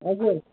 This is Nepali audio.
हजुर